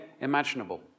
imaginable